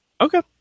Okay